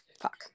Fuck